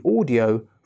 audio